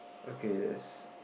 okay that's